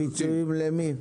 פיצויים למי?